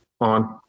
on